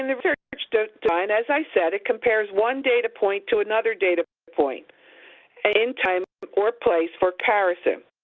in the research design, as i said, it compares one data point to another data point in time or place for comparison.